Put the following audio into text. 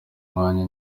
mwanya